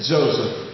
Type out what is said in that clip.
Joseph